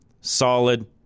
solid